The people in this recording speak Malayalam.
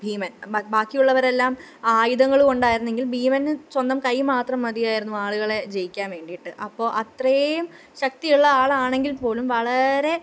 ഭീമന് ബാ ബാക്കിയുള്ളവരെല്ലാം ആയുധങ്ങള് കൊണ്ടായിരുന്നെങ്കില് ഭീമന് സ്വന്തം കൈ മാത്രം മതിയായിരുന്നു ആളുകളെ ജയിക്കാന് വേണ്ടിയിട്ട് അപ്പോൾ അത്രയും ശക്തിയുള്ള ആളാണെങ്കില്പ്പോലും വളരെ